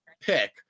pick